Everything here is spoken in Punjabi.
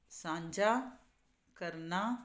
ਸਾਂਝਾ ਕਰਨਾ